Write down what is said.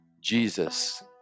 Jesus